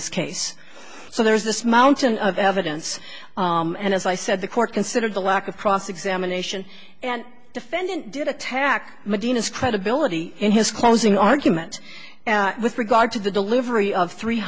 this case so there is this mountain of evidence and as i said the court considered the lack of cross examination and defendant did attack medina's credibility in his closing argument with regard to the delivery of three